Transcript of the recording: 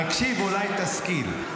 תקשיב, אולי תשכיל.